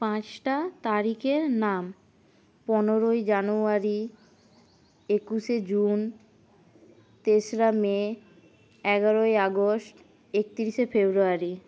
পাঁচটা তারিখের নাম পনেরোই জানুয়ারি একুশে জুন তেসরা মে এগারোই আগস্ট একতিরিশে ফেব্রুয়ারি